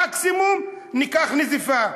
מקסימום, נקבל נזיפה.